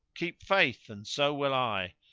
keep faith and so will i!